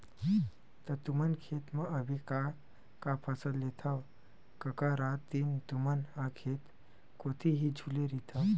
त तुमन खेत म अभी का का फसल लेथव कका रात दिन तुमन ह खेत कोती ही झुले रहिथव?